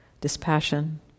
dispassion